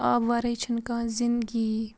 آب وَرٲے چھَنہٕ کانٛہہ زِنٛدگی یی